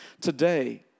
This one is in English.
Today